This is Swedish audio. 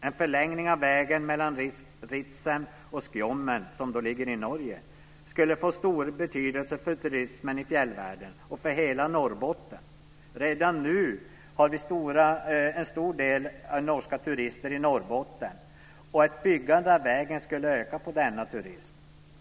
En förlängning av vägen mellan Ritsem och Skjommen, som ligger i Norge, skulle få stor betydelse för turismen i fjällvärlden och för hela Norrbotten. Redan nu har vi många norska turister i Norrbotten, och ett byggande av vägen skulle öka denna turism.